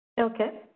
Okay